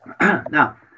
Now